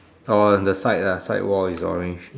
orh the side ah side wall is orange